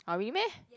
oh really meh